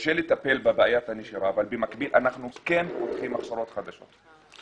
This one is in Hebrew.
קשה לטפל בבעיית הנשירה אבל במקביל אנחנו כן פותחים הכשרות חדשות.